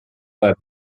seit